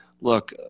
look